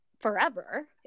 forever